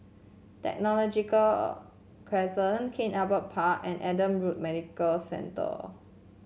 Technological Crescent King Albert Park and Adam Road Medical Centre